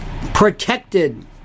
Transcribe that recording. protected